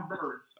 birds